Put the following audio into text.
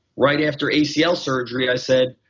right after acl surgery i said,